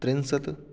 त्रिंशत्